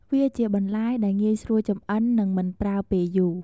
វាជាបន្លែដែលងាយស្រួលចម្អិន និងមិនប្រើពេលយូរ។